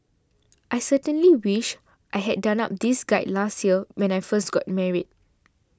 I certainly wish I had done up this guide last year when I first got married